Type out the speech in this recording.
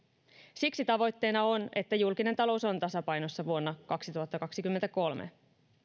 siksi tavoitteena on että julkinen talous on tasapainossa vuonna kaksituhattakaksikymmentäkolme